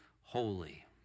holy